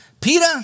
Peter